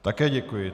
Také děkuji.